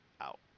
out